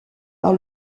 par